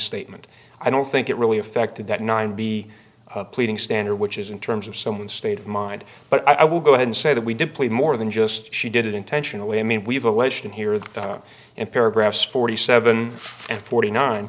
statement i don't think it really affected that nine b pleading standard which is in terms of someone's state of mind but i will go ahead and say that we deplete more than just she did it intentionally i mean we've alleged in here that and paragraphs forty seven and forty nine